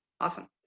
awesome